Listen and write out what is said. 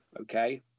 okay